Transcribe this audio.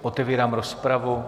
Otevírám rozpravu.